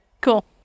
cool